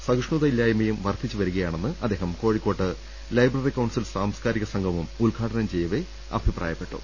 സഹിഷ്ണുത യില്ലായ്മയും വർദ്ധിച്ചുവരികയാണെന്ന് അദ്ദേഹം കോഴിക്കോട്ട് ലൈബ്രററി കൌൺസിൽ സാംസ്കാരിക സംഗമം ഉദ്ഘാടനം ചെയ്യവെ പറഞ്ഞു